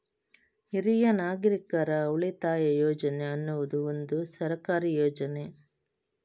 ಹಿರಿಯ ನಾಗರಿಕರ ಉಳಿತಾಯ ಯೋಜನೆ ಅನ್ನುದು ಒಂದು ಸರ್ಕಾರಿ ಯೋಜನೆ